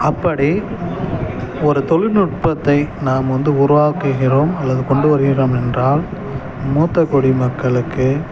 அப்படி ஒரு தொழில் நுட்பத்தை நாம் வந்து உருவாக்குகிறோம் அல்லது கொண்டு வருகிறோம் என்றால் மூத்த குடிமக்களுக்கு